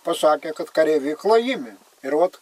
pasakė kad kareiviai klojime ir vat